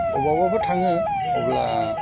अबावबाफोर थाङो अब्ला